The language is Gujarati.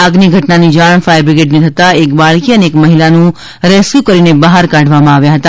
આગની ઘટનાની જાણ ફાયરબ્રિગેડને થતાં એક બાળકી અને એક મહિલાનું રેસ્ક્યુ કરીને બહાર કાઢવામાં આવ્યા હતા